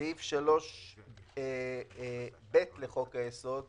סעיף 3ב לחוק היסוד קובע,